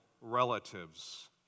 relatives